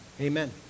Amen